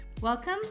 Welcome